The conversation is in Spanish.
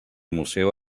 museo